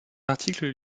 articles